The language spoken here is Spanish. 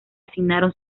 asignaron